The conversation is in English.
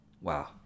Wow